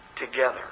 together